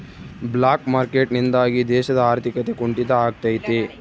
block market ನಿಂದಾಗಿ ದೇಶದ ಆರ್ಥಿಕತೆ ಕುಂಟಿತ ಆಗ್ತೈತೆ